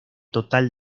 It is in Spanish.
total